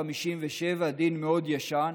התשי"ח 1957, דין מאוד ישן,